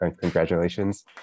congratulations